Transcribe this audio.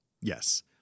yes